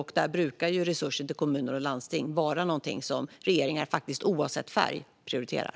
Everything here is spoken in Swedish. Och resurser till kommuner och landsting brukar vara någonting som regeringar, faktiskt oavsett färg, prioriterar.